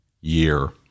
year